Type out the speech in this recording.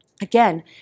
Again